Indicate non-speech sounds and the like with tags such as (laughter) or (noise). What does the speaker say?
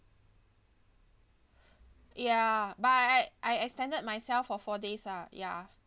(breath) ya but I I extended myself for four days lah ya